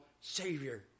Savior